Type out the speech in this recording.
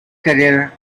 career